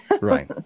Right